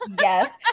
Yes